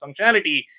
functionality